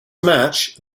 match